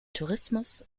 tourismus